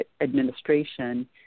administration